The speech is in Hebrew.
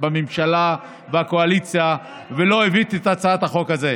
בממשלה, בקואליציה, ולא הבאת את הצעת החוק הזאת.